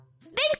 Thanks